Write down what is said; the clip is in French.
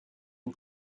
une